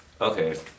Okay